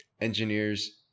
engineers